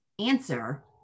answer